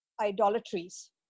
idolatries